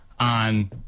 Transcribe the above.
On